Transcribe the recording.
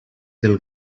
del